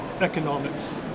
economics